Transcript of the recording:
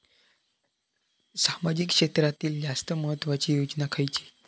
सामाजिक क्षेत्रांतील जास्त महत्त्वाची योजना खयची?